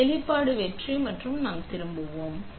எனவே வெளிப்பாடு வெற்றி மற்றும் நாம் திரும்புவோம்